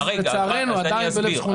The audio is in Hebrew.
לצערנו עדיין בלב שכונה ערבית.